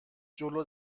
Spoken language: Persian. جلو